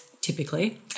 typically